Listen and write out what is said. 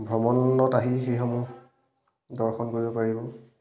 ভ্ৰমণত আহি সেইসমূহ দৰ্শন কৰিব পাৰিব